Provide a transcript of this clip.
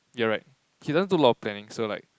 you're right he doesn't do a lot of planning so like